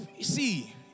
see